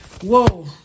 whoa